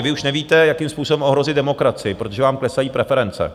Vy už nevíte, jakým způsobem ohrozit demokracii, protože vám klesají preference.